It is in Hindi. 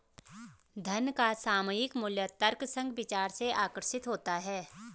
धन का सामयिक मूल्य तर्कसंग विचार से आकर्षित होता है